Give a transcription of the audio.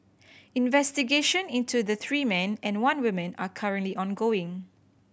investigation into the three men and one woman are currently ongoing